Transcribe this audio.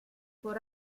por